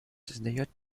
создает